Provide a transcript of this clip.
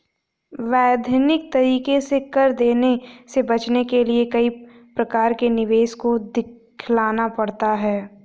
वैधानिक तरीके से कर देने से बचने के लिए कई प्रकार के निवेश को दिखलाना पड़ता है